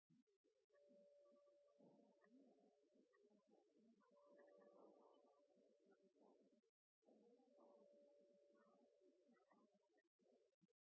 om endring i